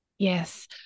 Yes